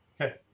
Okay